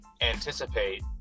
anticipate